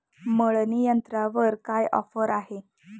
मळणी यंत्रावर काय ऑफर आहे?